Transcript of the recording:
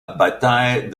bataille